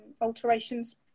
alterations